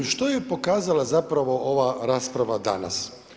Što je pokazala zapravo ova rasprava danas?